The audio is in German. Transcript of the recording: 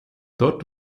dort